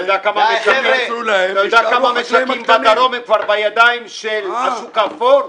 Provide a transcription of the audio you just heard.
אתה יודע כמה משקים בדרום הם כבר בידיים של השוק האפור?